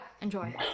enjoy